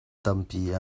tampi